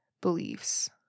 beliefs